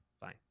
Fine